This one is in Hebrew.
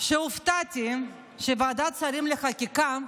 שהופתעתי שוועדת השרים לחקיקה,